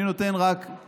אני רק נותן כדוגמאות.